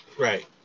Right